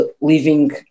living